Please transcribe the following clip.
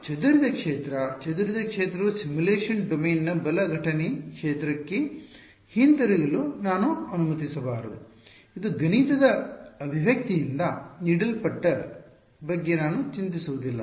ಚದುರಿದ ಕ್ಷೇತ್ರ ಚದುರಿದ ಕ್ಷೇತ್ರವು ಸಿಮ್ಯುಲೇಶನ್ ಡೊಮೇನ್ ಬಲ ಘಟನೆ ಕ್ಷೇತ್ರಕ್ಕೆ ಹಿಂತಿರುಗಲು ನಾನು ಅನುಮತಿಸಬಾರದು ಇದು ಗಣಿತದ ಅಭಿವ್ಯಕ್ತಿಯಿಂದ ನೀಡಲ್ಪಟ್ಟ ಬಗ್ಗೆ ನಾನು ಚಿಂತಿಸುವುದಿಲ್ಲ